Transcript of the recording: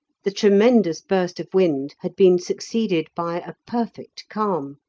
the tremendous burst of wind had been succeeded by a perfect calm,